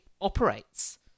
operates